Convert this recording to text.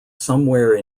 somewhere